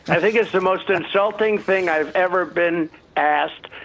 i think it's the most insulting thing i've ever been asked.